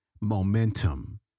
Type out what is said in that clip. momentum